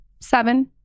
Seven